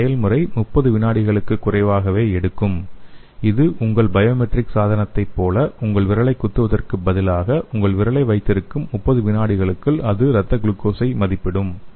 இந்த செயல்முறை 30 வினாடிகளுக்கு குறைவாகவே எடுக்கும் இது உங்கள் பயோமெட்ரிக் சாதனத்தை போல உங்கள் விரலைக் குத்துவதற்கு பதிலாக உங்கள் விரலை வைத்திருக்கும் 30 விநாடிகளுக்குள் அது இரத்த குளுக்கோஸை மதிப்பிடும்